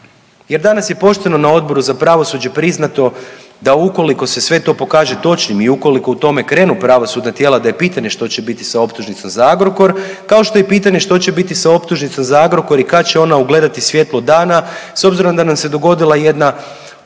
jer danas je pošteno na Odboru za pravosuđe priznato da ukoliko se sve to pokaže točnim i ukoliko u tome krenu pravosudna tijela da je pitanje što će biti sa optužnicom za Agrokor kao što je i pitanje što će biti sa optužnicom za Agrokor i kad će ona ugledati svjetlo dana s obzirom da nam se dogodila jedna ogromna